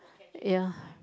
ya